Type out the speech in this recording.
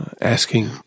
asking